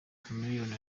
chameleone